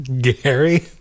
Gary